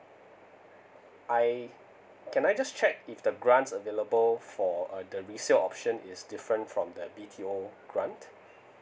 I can I just check if the grants available for uh the resale option is different from the B T O grant